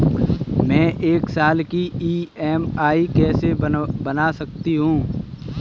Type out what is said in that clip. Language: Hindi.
मैं एक साल की ई.एम.आई कैसे बना सकती हूँ?